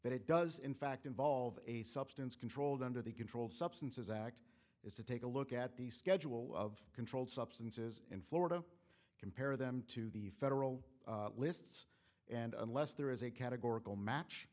that it does in fact involve a substance controlled under the controlled substances act is to take a look at the schedule of controlled substances in florida compare them to the federal lists and unless there is a categor